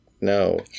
No